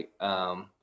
right